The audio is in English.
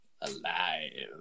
alive